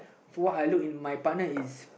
what I look in my partner is